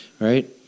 right